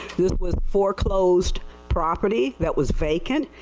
this was for closed property that was vacant.